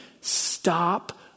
Stop